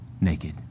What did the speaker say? naked